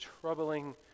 troubling